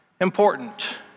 important